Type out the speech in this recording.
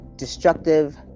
destructive